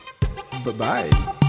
Bye-bye